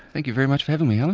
thank you very much for having me,